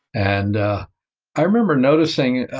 and ah i remember noticing,